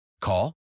Call